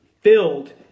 filled